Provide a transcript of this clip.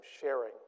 sharing